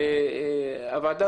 הוועדה